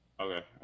okay